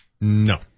No